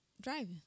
Driving